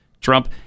Trump